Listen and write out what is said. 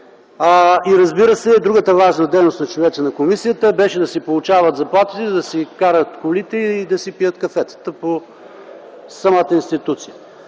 Разбира се, другата важна дейност на членовете на комисията беше да си получават заплатите, да си карат колите и да си пият кафетата в самата институция.